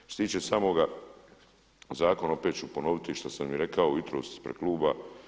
Što se tiče samoga zakona, opet ću ponoviti što sam i rekao jutros ispred kluba.